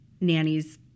nannies